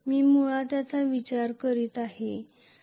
मी मुळात याचा विचार करत आहे